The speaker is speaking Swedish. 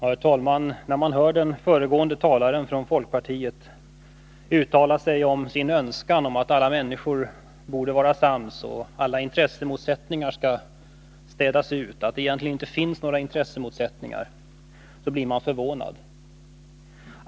Herr talman! När man hör den föregående talaren från folkpartiet uttala sin önskan att alla människor skall vara sams och alla intressemotsättningar städas ut och säga att det egentligen inte finns några intressemotsättningar, då blir man förvånad.